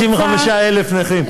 265,000 נכים.